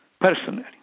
personally